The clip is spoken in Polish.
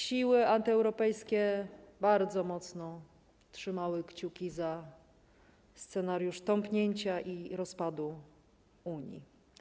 Siły antyeuropejskie bardzo mocno trzymały kciuki za scenariusz tąpnięcia i rozpadu Unii.